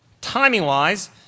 Timing-wise